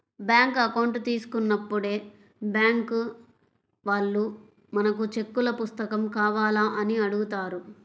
bank account తీసుకున్నప్పుడే bank వాళ్ళు మనకు చెక్కుల పుస్తకం కావాలా అని అడుగుతారు